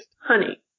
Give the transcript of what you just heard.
honey